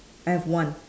I have one